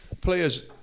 players